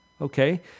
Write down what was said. Okay